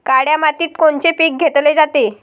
काळ्या मातीत कोनचे पिकं घेतले जाते?